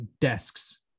desks